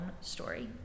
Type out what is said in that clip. story